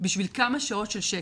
בשביל כמה שעות של שקט,